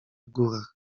górach